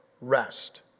rest